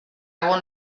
egon